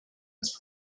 its